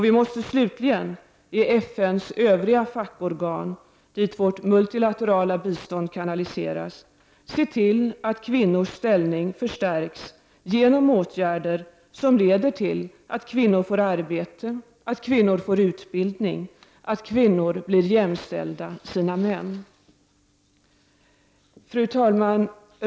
Vi måste slutligen i FN:s övriga fackorgan, dit vårt multilaterala bistånd kanaliseras, se till att kvinnors ställning förstärks genom åtgärder som leder till att kvinnor får arbete, att kvinnor får utbildning, att kvinnor blir jämställda sina män. Fru talman!